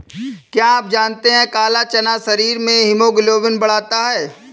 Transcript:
क्या आप जानते है काला चना शरीर में हीमोग्लोबिन बढ़ाता है?